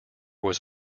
was